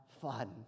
fun